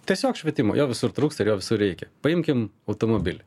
tiesiog švietimo jo visur trūksta jo visur reikia paimkim automobilį